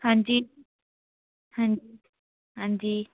हां जी हां हां जी